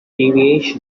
deviation